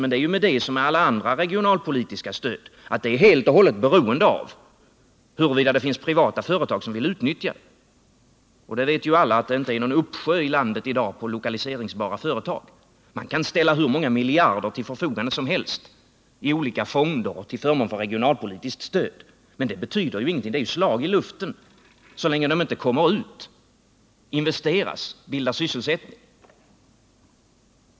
Men det är ju med det som med alla andra regionalpolitiska stöd, att det är helt och hållet beroende av huruvida det finns privata företag som utnyttjar stödet, och alla vet att det i dag inte är någon uppsjö i landet på lokaliseringsbara företag. Man kan ställa hur många miljarder som helst till förfogande i olika fonder och till förmån för regionalpolitiskt stöd, men det betyder ändå ingenting, utan det är ett slag i luften så länge pengarna inte kommer ut, investeras och bildar sysselsättning.